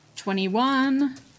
Twenty-one